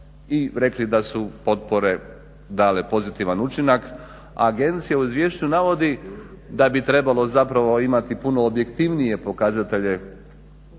i rekli da su potpore dale pozitivan učinak, a agencija u izvješću navodi da bi trebalo zapravo imati puno objektivnije pokazatelje